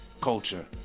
culture